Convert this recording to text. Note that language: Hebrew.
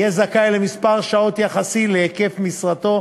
יהיה זכאי למספר שעות יחסי להיקף משרתו,